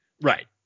Right